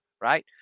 Right